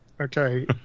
Okay